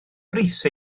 brys